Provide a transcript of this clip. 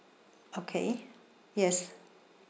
okay yes